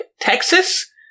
Texas